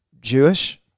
Jewish